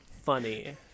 Funny